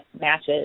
matches